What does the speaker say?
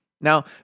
Now